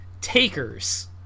Takers